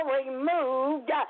removed